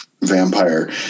vampire